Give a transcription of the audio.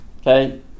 Okay